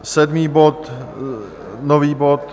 Sedmý bod, nový bod...